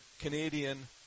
Canadian